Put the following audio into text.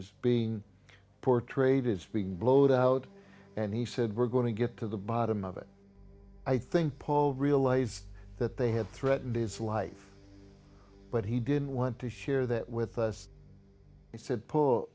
is being portrayed as being blowed out and he said we're going to get to the bottom of it i think paul realized that they had threatened his life but he didn't want to share that with us he said po